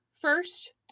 first